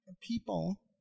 people